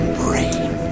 brain